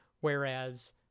Whereas